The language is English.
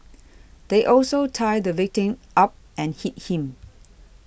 they also tied the victim up and hit him